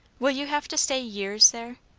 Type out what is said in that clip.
will you have to stay years there?